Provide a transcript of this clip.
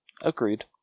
Agreed